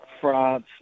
France